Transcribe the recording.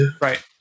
right